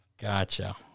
Gotcha